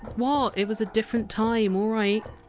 what? it was a different time, alright?